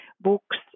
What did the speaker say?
books